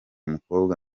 mukobwa